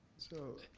so,